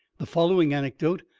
the following anecdote,